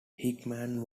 hickman